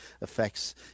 affects